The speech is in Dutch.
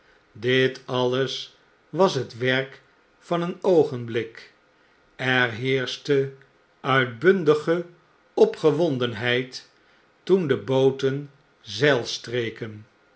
dit alles was het werk van een oogenblik er heerschte uitbundige opgewondenheid toen de bootenzeil